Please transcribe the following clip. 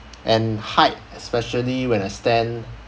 and height especially when I stand